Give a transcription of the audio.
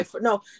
no